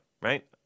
Right